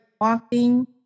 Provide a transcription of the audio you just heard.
walking